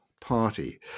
party